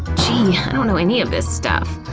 geez, i don't know any of this stuff!